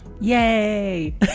yay